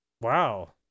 Wow